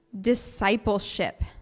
discipleship